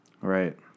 Right